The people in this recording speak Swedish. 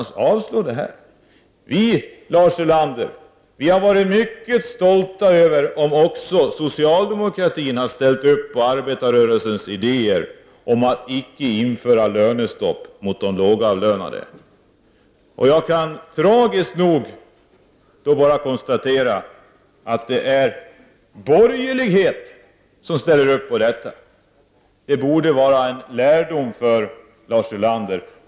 Vi i vänsterpartiet kommunisterna, Lars Ulander, hade varit mycket stolta över om även socialdemokraterna hade ställt sig bakom arbetarrörelsens idéer om att icke införa lönestopp mot de lågavlönade. Jag kan, tragiskt nog, bara konstatera att det är borgerligheten som ställer sig bakom detta. Det borde vara en lärdom att dra för Lars Ulander.